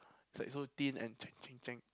it's like so thin and